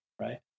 right